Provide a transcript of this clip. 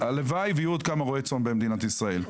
הלוואי ויהיו עוד כמה רועי צאן במדינת ישראל.